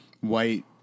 white